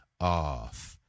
off